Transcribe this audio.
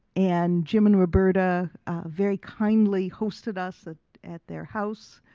and jim and roberta very kindly hosted us at at their house.